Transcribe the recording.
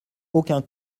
aucun